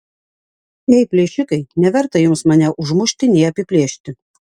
ei plėšikai neverta jums mane užmušti nei apiplėšti